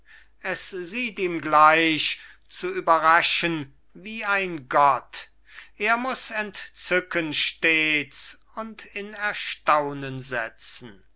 es sieht ihm gleich zu überraschen wie ein gott er muß entzücken stets und in erstaunen setzen